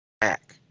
Back